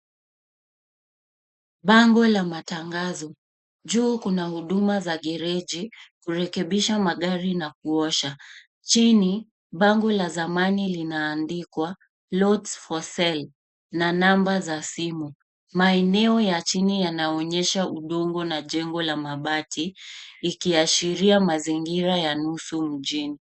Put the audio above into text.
Bango la matangazo. Juu kuna huduma za garage ,kurekebisha magari na kuosha. Chini, bango la zamani linaandikwa, lots for sale, na namba za simu. Maeneo ya chini yanaonyesha udongo na jengo la mabati ikiashiria mazingira ya nusu mjini.